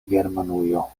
germanujo